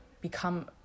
become